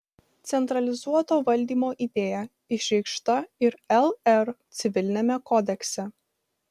centralizuoto valdymo idėja išreikšta ir lr civiliniame kodekse